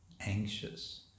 anxious